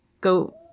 go